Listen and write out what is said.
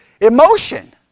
Emotion